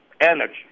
energy